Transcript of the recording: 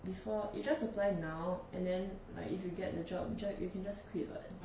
before you just apply now and then like if you get the job object you can quit [what]